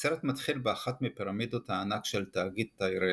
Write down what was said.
הסרט מתחיל באחת מפירמידות הענק של תאגיד טיירל,